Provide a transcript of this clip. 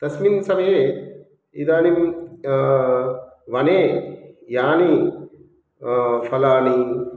तस्मिन् समये इदानीं वने यानि फलानि